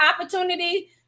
opportunity